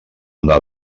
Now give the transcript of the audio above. una